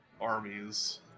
armies